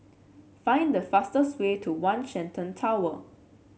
find the fastest way to One Shenton Tower